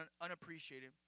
unappreciated